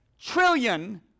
trillion